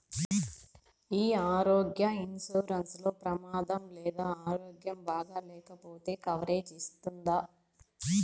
ఈ ఆరోగ్య ఇన్సూరెన్సు లో ప్రమాదం లేదా ఆరోగ్యం బాగాలేకపొతే కవరేజ్ ఇస్తుందా?